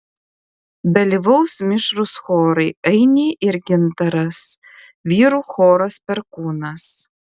dalyvaus mišrūs chorai ainiai ir gintaras vyrų choras perkūnas